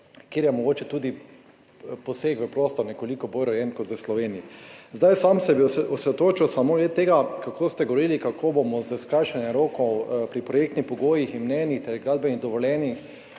kjer je mogoče tudi poseg v prostor nekoliko bolj urejen kot v Sloveniji. Sam bi se osredotočil samo na to, kako ste govorili, kako bomo s skrajšanjem rokov pri projektnih pogojih in mnenjih ter gradbenih dovoljenjih